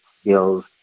skills